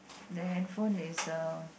the handphone is a